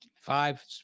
Five